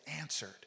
answered